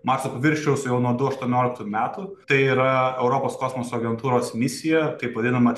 marso paviršiaus jau nuo du aštuonioliktų metų tai yra europos kosmoso agentūros misija taip vadinama